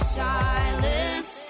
silence